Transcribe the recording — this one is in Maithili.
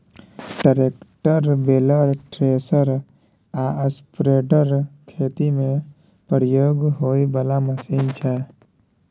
ट्रेक्टर, बेलर, थ्रेसर आ स्प्रेडर खेती मे प्रयोग होइ बला मशीन छै